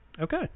Okay